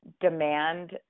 demand